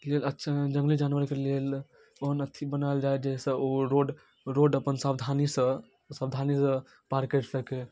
की अच्छा जङ्गली जानवरके लेल कोन अथी बनायल जाइ जाहिसँ ओ रोड रोड अपन सावधानीसँ सावधानीसँ पार करि सकै